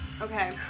Okay